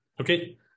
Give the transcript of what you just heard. Okay